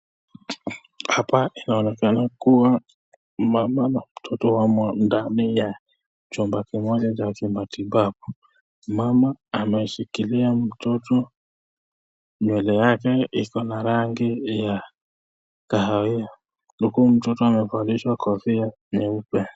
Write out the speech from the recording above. Hapa inaonekana kuwa mama na mtoto wamo ndani ya chumba kimoja cha kimatibabu. Mama ameshikilia mtoto, nywele yake iko na rangi ya kahawia, huku mtoto amevalishwa kofia nyeupe.